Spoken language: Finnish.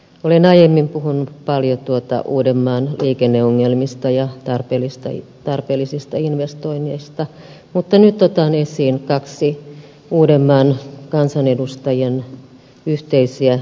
olen aiemmin puhunut paljon uudenmaan liikenneongelmista ja tarpeellisista investoinneista mutta nyt otan esiin kaksi uudenmaan kansanedustajien yhteistä talousarvioaloitetta